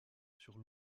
sur